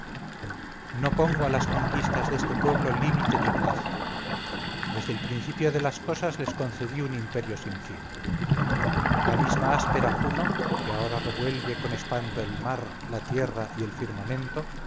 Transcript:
no pongo a las conquistas de este pueblo límite ni plazo desde el principio de las cosas les concedí un imperio sin fin la misma áspera juno que ahora revuelve con espanto el mar la tierra y el firmamento